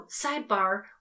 sidebar